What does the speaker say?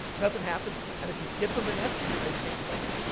nothing happens, and if you dip em in estrogen, they change color.